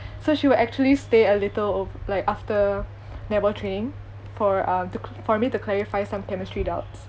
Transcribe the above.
so she will actually stay a little o~ like after netball training for um to cl~ for me to clarify some chemistry doubts